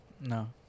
No